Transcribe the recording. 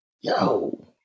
yo